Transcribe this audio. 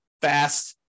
fast